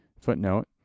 footnote